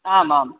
आमाम्